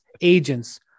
agents